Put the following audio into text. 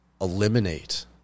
eliminate